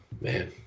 man